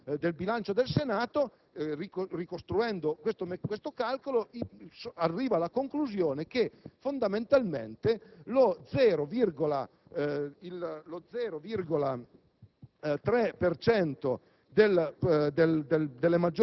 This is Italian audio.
documento del Servizio del bilancio del Senato, ricostruendo questo calcolo, arriva alla conclusione che fondamentalmente lo 0,3